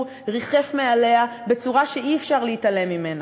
ריחף מעליה בצורה שאי-אפשר להתעלם ממנה,